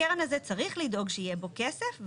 הקרן הזאת צריך לדאוג שיהיה בה כסף.